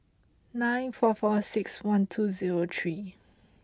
nine four four six one two zero three